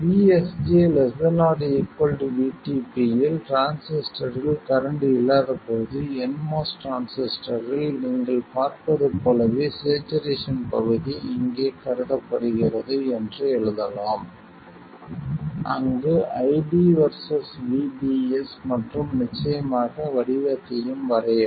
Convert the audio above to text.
VSG ≤ VTP யில் டிரான்சிஸ்டரில் current இல்லாதபோது nMOS டிரான்சிஸ்டரில் நீங்கள் பார்ப்பது போலவே ஸ்சேச்சுரேசன் பகுதி இங்கே கருதப்படுகிறது என்று எழுதலாம் அங்கு ID Vs VDS மற்றும் நிச்சயமாக வடிவத்தையும் வரையவும்